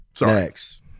Next